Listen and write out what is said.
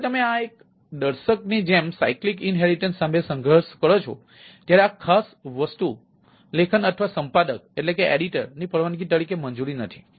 જ્યારે તમે આ દર્શકની જેમ સાયક્લીક ઈન્હેરિટન્સ ની પરવાનગી તરીકે મંજૂરી નથી